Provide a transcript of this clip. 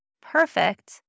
perfect